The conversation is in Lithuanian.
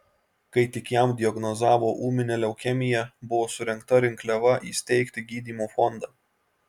kai tik jam diagnozavo ūminę leukemiją buvo surengta rinkliava įsteigti gydymo fondą